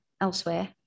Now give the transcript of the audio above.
elsewhere